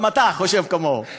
גם אתה חושב כמוהו.